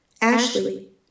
Ashley